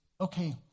Okay